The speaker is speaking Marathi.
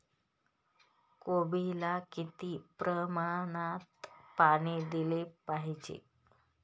कोबीला किती प्रमाणात पाणी दिले पाहिजे?